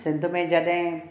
सिंध में जॾहिं